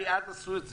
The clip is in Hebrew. הרי אז עשו את זה.